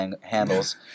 handles